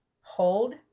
hold